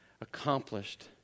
accomplished